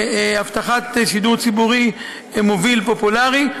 הבטחת שידור ציבורי מוביל ופופולרי,